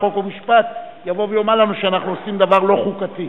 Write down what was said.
חוק ומשפט יבוא ויאמר לנו שאנחנו עושים דבר לא חוקתי.